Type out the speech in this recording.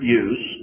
use